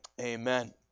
Amen